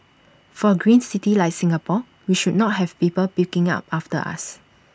for A green city like Singapore we should not have people picking up after us